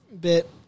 bit